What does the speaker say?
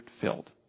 filled